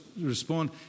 respond